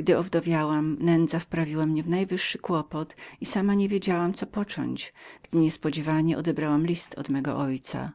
życia owdowiawszy nędza moja wprawiła mnie w najwyższy kłopot i sama nie wiedziałam co począć gdy niespodziewanie odebrałam list od mego ojca